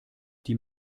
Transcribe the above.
die